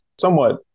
somewhat